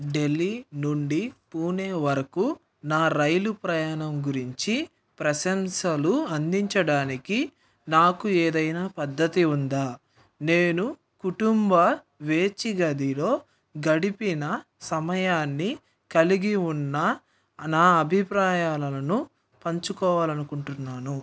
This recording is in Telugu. ఢిల్లీ నుండి పూణే వరకు నా రైలు ప్రయాణం గురించి ప్రశంసలు అందించడానికి నాకు ఏదైనా పద్ధతి ఉందా నేను కుటుంబ వేచి గదిలో గడిపిన సమయాన్ని కలిగి ఉన్న నా అభిప్రాయాలను పంచుకోవాలి అనుకుంటున్నాను